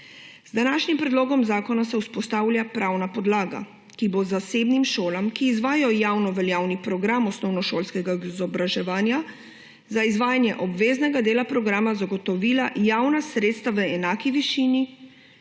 Z današnjim predlogom zakona se vzpostavlja pravna podlaga, ki bo zasebnim šolam, ki izvajajo javnoveljavni program osnovnošolskega izobraževanja, za izvajanje obveznega dela programa zagotovila javna sredstva v enaki višini